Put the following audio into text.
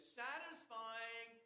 satisfying